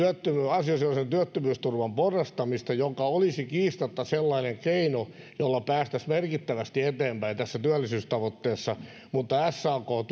ansiosidonnaisen työttömyysturvan porrastamista joka olisi kiistatta sellainen keino jolla päästäisiin merkittävästi eteenpäin tässä työllisyystavoitteessa mutta sak